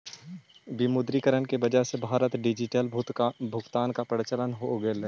विमुद्रीकरण की वजह से भारत में डिजिटल भुगतान का प्रचलन होलई